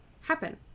happen